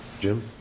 Jim